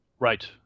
Right